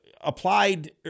applied